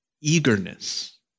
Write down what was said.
eagerness